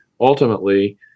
ultimately